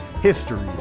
History